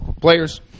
Players